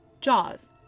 Jaws